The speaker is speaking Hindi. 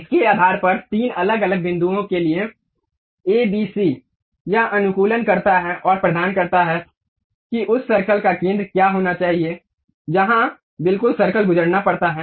इसके आधार पर तीन अलग अलग बिंदुओं के लिए ए बी सी यह अनुकूलन करता है और प्रदान करता है कि उस सर्कल का केंद्र क्या होना चाहिए जहां बिल्कुल सर्कल गुजरना पड़ता है